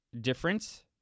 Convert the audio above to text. difference